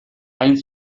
hain